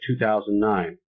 2009